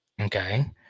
okay